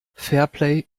fairplay